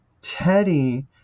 Teddy